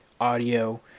audio